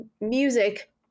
music